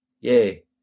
Yay